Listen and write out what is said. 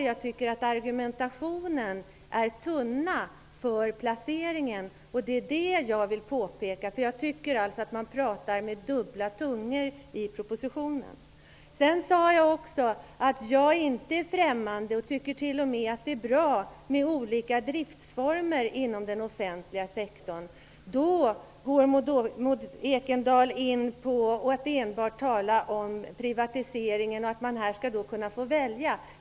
Jag tycker att argumentationen för placeringen är tunn. Det är det jag vill påpeka. Jag tycker alltså att man talar med dubbla tungor i propositionen. Jag sade också att jag inte är främmande för olika driftsformer inom den offentliga sektorn. Jag tycker t.o.m. att det är bra. Då börjar Maud Ekendahl tala om enbart privatisering och att man här skall kunna få välja.